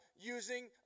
using